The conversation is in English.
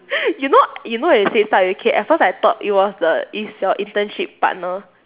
you know you know when you say start with K at first I thought it was the it's your internship partner